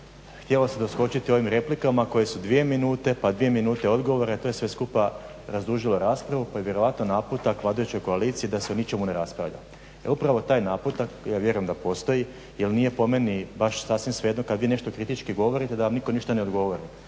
htjelo se doskočiti ovim replikama koje su 2 minute, pa 2 minute odgovora to je sve skupa razdužilo raspravu pa je vjerojatno naputak vladajuće koalicije da se o ničemu ne raspravlja. E upravo taj naputak ja vjerujem da postoji jer nije po meni baš sasvim svejedno kada vi nešto kritički govorite da vam nitko ništa ne odgovori.